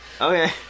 Okay